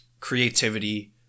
Creativity